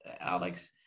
Alex